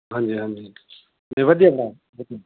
ਹਾਂਜੀ ਹਾਂਜੀ ਨਹੀਂ ਵਧੀਆ ਹੈ ਵਧੀਆ